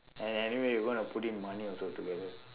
and anyway we going to put in money also together